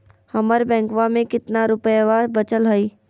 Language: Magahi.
हमर बैंकवा में कितना रूपयवा बचल हई?